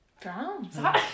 Drown